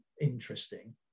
interesting